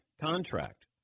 contract